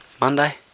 Monday